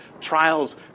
Trials